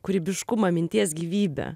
kūrybiškumą minties gyvybę